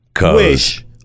wish